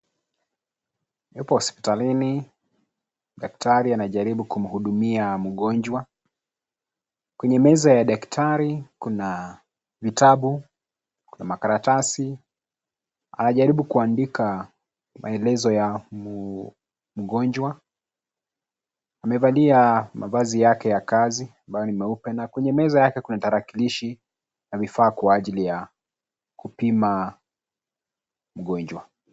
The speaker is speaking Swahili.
Ipo hospitalini, daktari anajaribu kumhudumia mgonjwa. Kwenye meza ya daktari kuna vitabu kuna makaratasi. Anajaribu kuandika maelezo ya mgonjwa, amevalia mavazi yake ya kazi ambayo ni meupe na kwenye meza yake kuna tarakilishi na vifaa kwa ajili ya kupima mgonjwa.